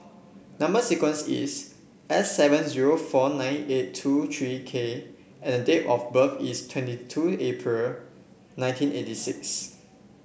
number sequence is S seven zero four nine eight two three K and date of birth is twenty two April nineteen eighty six